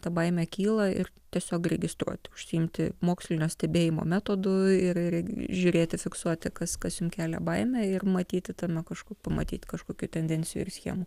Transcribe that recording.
ta baimė kyla ir tiesiog registruoti užsiimti mokslinio stebėjimo metodu ir ir ir žiūrėti fiksuoti kas kas jums kelia baimę ir matyti tame kažkur pamatyti kažkokių tendencijų ir schemų